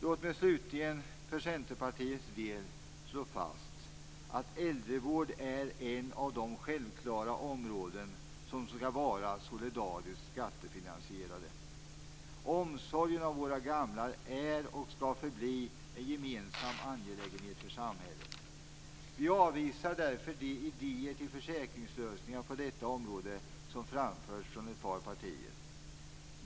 Låt mig slutligen för Centerpartiets del få slå fast att äldrevården är ett av de självklara områden som skall vara solidariskt skattefinansierade. Omsorgen om våra gamla är, och skall förbli, en gemensam angelägenhet för samhället. Vi avvisar därför de idéer om försäkringslösningar på detta område som framförts från ett par partier.